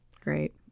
Great